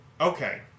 Okay